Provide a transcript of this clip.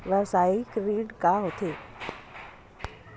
व्यवसायिक ऋण का होथे?